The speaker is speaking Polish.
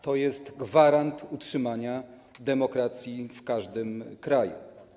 To jest gwarant utrzymania demokracji w każdym kraju.